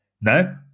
No